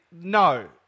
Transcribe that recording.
no